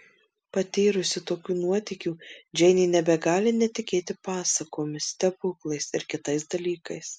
patyrusi tokių nuotykių džeinė nebegali netikėti pasakomis stebuklais ir kitais dalykais